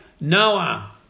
Noah